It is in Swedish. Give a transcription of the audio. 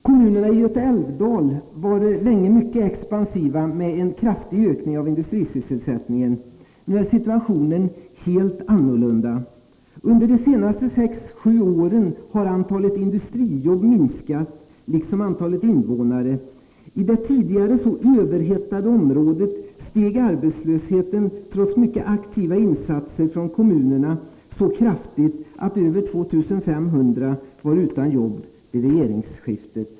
Kommunerna i Göta älvdal var länge mycket expansiva, med en kraftig ökning av industrisysselsättningen. Nu är situationen helt annorlunda. Under de senaste sex sju åren har antalet industrijobb minskat, liksom antalet invånare. I det tidigare så överhettade området steg arbetslösheten, trots mycket aktiva insatser från kommunerna, så kraftigt att över 2 500 var utan jobb vid regeringsskiftet.